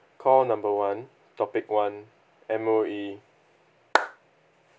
call number one topic one M_O_E